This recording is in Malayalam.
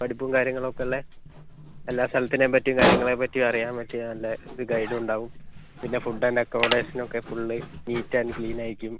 പഠിപ്പും കാര്യങ്ങളൊക്കെ ഉള്ള എല്ലാ സ്ഥലത്തിനെപ്പറ്റിയും കാര്യങ്ങളെപ്പറ്റി അറിയാൻ പറ്റിയ നല്ല ഒരു ഗൈഡും ഉണ്ടാവും പിന്നെ ഫുഡ് ആൻഡ് അക്കോമഡേഷൻ ഒക്കെ ഫുൾ നീറ്റ് ആൻഡ് ക്ലീൻ ആയിരിക്കും